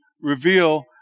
reveal